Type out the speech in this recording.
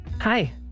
Hi